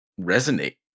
resonate